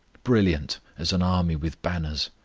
brilliant as an army with banners?